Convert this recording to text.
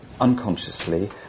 unconsciously